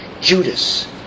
Judas